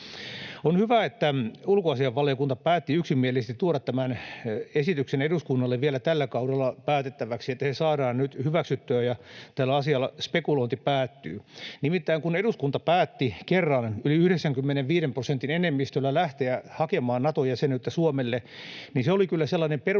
On hyvä, että ulkoasiainvaliokunta päätti yksimielisesti tuoda tämän esityksen eduskunnalle vielä tällä kaudella päätettäväksi, että se saadaan nyt hyväksyttyä ja tällä asialla spekulointi päättyy. Nimittäin kun eduskunta päätti kerran yli 95 prosentin enemmistöllä lähteä hakemaan Nato-jäsenyyttä Suomelle, niin se oli kyllä sellainen peruuttamaton